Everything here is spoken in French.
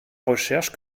recherche